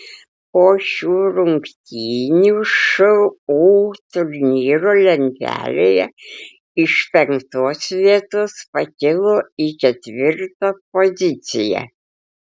po šių rungtynių šu turnyro lentelėje iš penktos vietos pakilo į ketvirtą poziciją